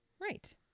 Right